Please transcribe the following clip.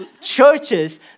churches